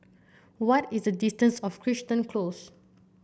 what is the distance of Crichton Close